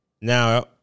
Now